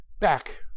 Back